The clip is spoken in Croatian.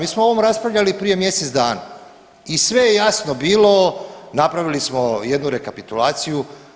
Mi smo o ovome raspravljali prije mjesec dana i sve je jasno bilo, napravili smo jednu rekapitulaciju.